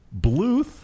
Bluth